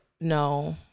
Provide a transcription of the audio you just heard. No